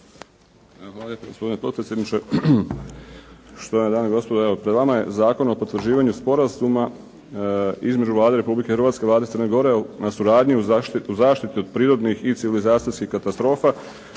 lijepo gospodine potpredsjedniče. Štovane dame i gospodo evo pred vama je Zakon o potvrđivanju Sporazuma između Vlade Republike Hrvatske i Vlade Crne Gore o suradnji u zaštiti od prirodnih i civilizacijskih katastrofa.